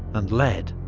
and led.